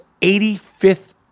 85th